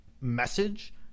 message